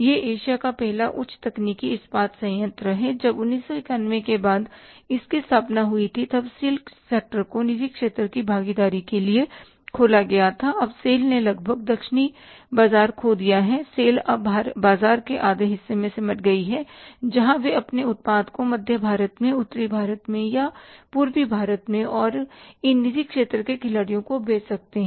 यह एशिया का पहला उच्च तकनीकी इस्पात संयंत्र है जब 1991 के बाद इसकी स्थापना हुई थी तब स्टील सेक्टर को निजी क्षेत्र की भागीदारी के लिए खोला गया था अब SAIL ने लगभग दक्षिणी बाजार खो दिया है SAIL अब बाजार के आधे हिस्से में सिमट गई है जहाँ वे अपने उत्पाद को मध्य भारत में उत्तरी भारत में या पूर्वी भारत में और इन निजी क्षेत्र के खिलाड़ियों को बेच सकते हैं